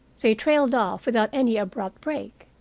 they trailed off, without any abrupt break.